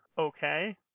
Okay